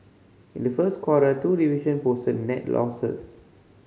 in the first quarter two division posted net losses